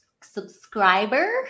subscriber